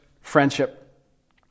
friendship